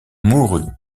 mourut